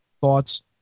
thoughts